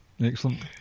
Excellent